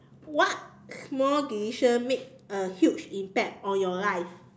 what small decision made a huge impact on your life